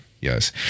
Yes